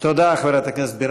תודה, חברת הכנסת בירן.